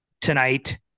tonight